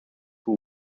who